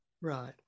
right